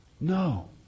No